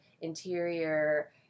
interior